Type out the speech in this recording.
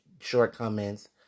shortcomings